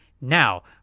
Now